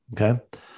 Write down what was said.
Okay